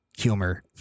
Humor